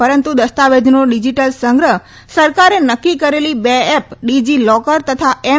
પરંતુ દસ્તાવેજનો ડીજીટલ સંગ્રહ સરકારે નકકી કરેલી બે એપ ડીજી લોકર તથા એમ